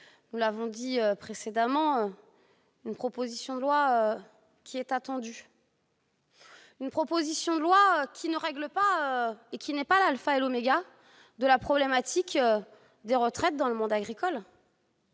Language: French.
Nous l'avons dit précédemment, cette proposition de loi est attendue, même si elle ne règle pas tout et qu'elle n'est pas l'alpha et l'oméga de la problématique des retraites dans le monde agricole.